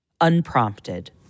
unprompted